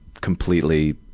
completely